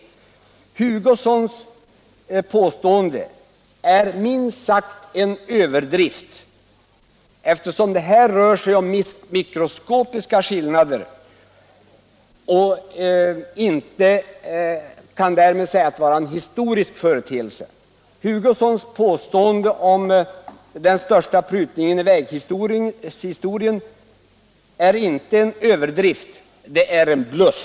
Herr Hugossons påstående är minst sagt en överdrift, eftersom det här rör sig om mikroskopiska skillnader och därmed inte kan sägas vara en historisk företeelse. Nej, påståendet om den största prutningen i väghistorien är inte en överdrift — det är en bluff.